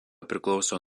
priklauso